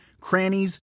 crannies